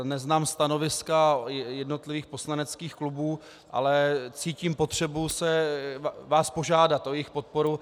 Neznám stanoviska jednotlivých poslaneckých klubů, ale cítím potřebu vás požádat o jejich podporu.